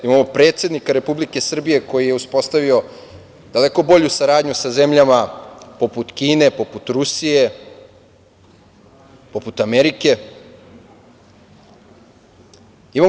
Imamo predsednika Republike Srbije koji je uspostavio daleko bolju saradnju sa zemljama poput Kine, poput Rusije, poput Amerike.